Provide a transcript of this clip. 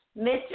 Mr